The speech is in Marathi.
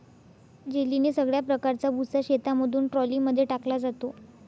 जेलीने सगळ्या प्रकारचा भुसा शेतामधून ट्रॉली मध्ये टाकला जातो